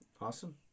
Awesome